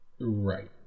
Right